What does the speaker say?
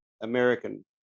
American